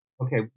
Okay